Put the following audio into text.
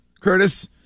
Curtis